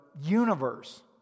universe